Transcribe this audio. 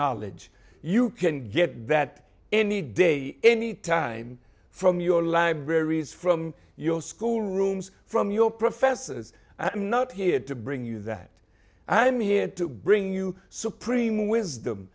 knowledge you can get that any day any time from your libraries from your school rooms from your professors not here to bring you that i'm here to bring you supreme wisdom